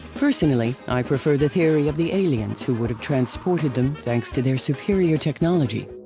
personally, i prefer the theory of the aliens who would have transported them thanks to their superior technology.